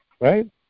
Right